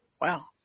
Wow